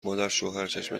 مادرشوهرچشمت